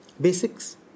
basics